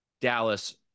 Dallas